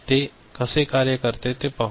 ते कसे कार्य करते ते पाहू